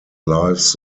lives